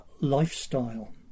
lifestyle